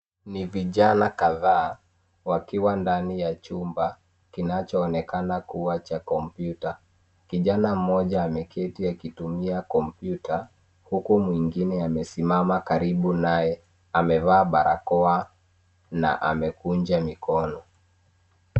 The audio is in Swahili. Ni vijana kadhaa wakiwa ndani ya chumba kinachoonekana kua cha kompyuta. Kijana mmoja ameketi akitumia kompyuta, huku mwingine amesimama karibu naye. Amevaa barakoa na amekunja mikono.